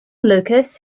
lucas